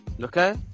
Okay